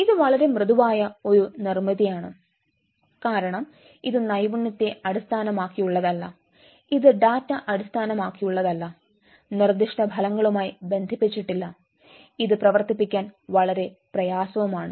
ഇത് വളരെ മൃദുവായ ഒരു നിർമ്മിതിയാണ് കാരണം ഇത് നൈപുണ്യത്തെ അടിസ്ഥാനമാക്കിയുള്ളതല്ല ഇത് ഡാറ്റ അടിസ്ഥാനമാക്കിയുള്ളതല്ല നിർദ്ദിഷ്ട ഫലങ്ങളുമായി ബന്ധിപ്പിച്ചിട്ടില്ല ഇത് പ്രവർത്തിപ്പിക്കാൻ വളരെ പ്രയാസവുമാണ്